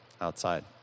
outside